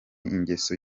ingeso